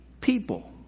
people